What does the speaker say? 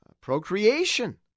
Procreation